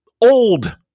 old